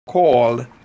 called